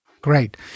Great